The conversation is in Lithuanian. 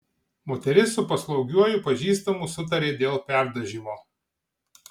moteris su paslaugiuoju pažįstamu sutarė dėl perdažymo